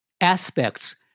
aspects